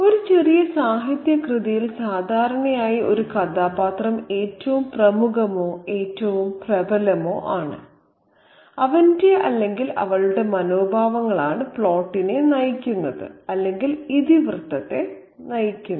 ഒരു ചെറിയ സാഹിത്യകൃതിയിൽ സാധാരണയായി ഒരു കഥാപാത്രം ഏറ്റവും പ്രമുഖമോ ഏറ്റവും പ്രബലമോ ആണ് അവന്റെ അല്ലെങ്കിൽ അവളുടെ മനോഭാവങ്ങളാണ് പ്ലോട്ടിനെ നയിക്കുന്നത് അല്ലെങ്കിൽ ഇതിവൃത്തത്തെ നയിക്കുന്നത്